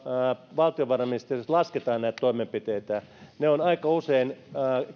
valtiovarainministeriössä lasketaan näitä toimenpiteitä ovat aika usein